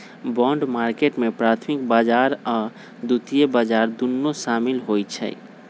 bond market में प्राथमिक बजार आऽ द्वितीयक बजार दुन्नो सामिल होइ छइ